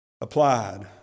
applied